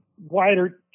wider